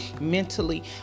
mentally